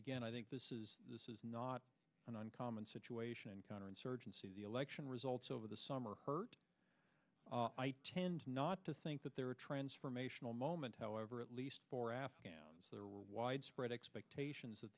again i think this is this is not an uncommon situation in counterinsurgency the election results over the summer heard i tend not to think that there are a transformational moment however at least for afghans there were widespread expectations